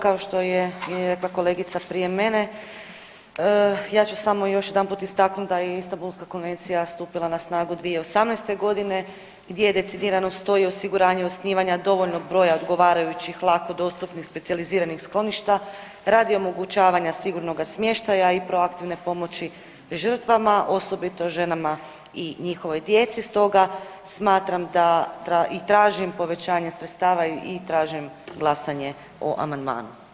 Kao što je rekla jedna kolegica prije mene, ja ću samo još jedanput istaknuti da je Istanbulska konvencija stupila na snagu 2018. godine gdje decidirano stoji osiguranje osnivanja dovoljno broja odgovarajućih lako dostupnih specijaliziranih skloništa radi omogućavanja sigurnoga smještaja i proaktivne pomoći žrtvama, osobito ženama i njihovoj djeci, stoga smatram i tražim povećanje sredstava i tražim glasanje o amandmanu.